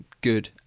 good